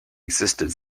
existed